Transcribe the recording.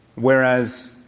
whereas,